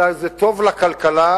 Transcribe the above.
אלא זה טוב לכלכלה,